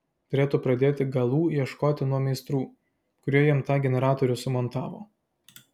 turėtų pradėti galų ieškoti nuo meistrų kurie jam tą generatorių sumontavo